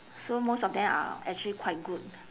so most of them are actually quite good